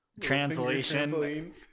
Translation